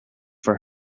for